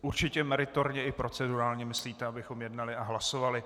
Určitě meritorně i procedurálně myslíte, abychom jednali a hlasovali.